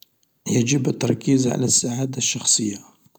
يجب التركيز على السعادة الشخصية.